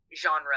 genre